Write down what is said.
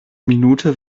minute